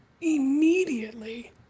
immediately